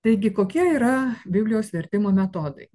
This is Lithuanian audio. taigi kokia yra biblijos vertimo metodai